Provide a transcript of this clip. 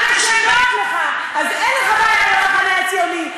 רק כשנוח לך אז אין לך בעיה עם המחנה הציוני.